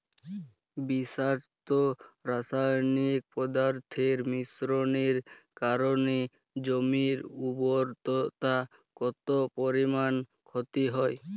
বিষাক্ত রাসায়নিক পদার্থের মিশ্রণের কারণে জমির উর্বরতা কত পরিমাণ ক্ষতি হয়?